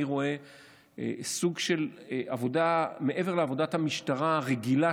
רואה סוג של עבודה מעבר לעבודת המשטרה הרגילה,